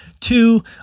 two